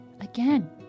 again